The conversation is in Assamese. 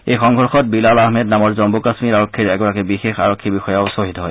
এই সংঘৰ্ষত বিলাল আহমেদ নামৰ জম্মু কাম্মীৰ আৰক্ষীৰ এগৰাকী বিশেষ আৰক্ষী বিষয়াও খ্বহীদ হয়